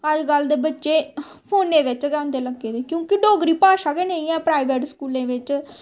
अजकल्ल दे बच्चे फोनै बिच्च गै होंदे लग्गे दे क्योंकि डोगरी भाशा गै नेईं ऐ प्राइवेट स्कूलें बिच्च